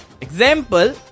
Example